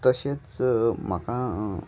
तशेंच म्हाका